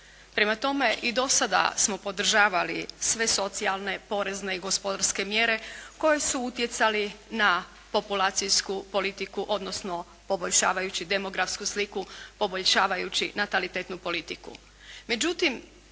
Prema tome i do sada smo podržavali sve socijalne, porezne i gospodarske mjere koje su utjecale na populacijsku politiku odnosno poboljšavajuću demografsku sliku, poboljšavajući natalitetnu politiku.